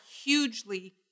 hugely